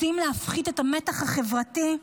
רוצים להפחית את המתח החברתי?